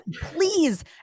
Please